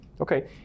okay